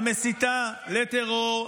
המסיתה לטרור,